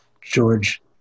George